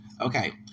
Okay